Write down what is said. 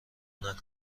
نکن